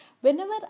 whenever